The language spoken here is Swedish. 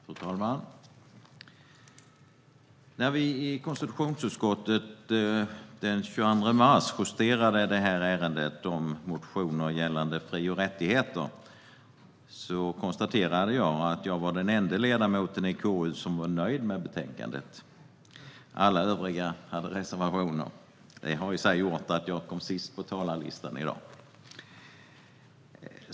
Fru talman! När vi i konstitutionsutskottet den 22 mars justerade ärendet om motioner gällande fri och rättigheter konstaterade jag att jag var den enda ledamoten i KU som var nöjd med betänkandet. Alla övriga hade reservationer. Det gjorde att jag kom sist på talarlistan i dag.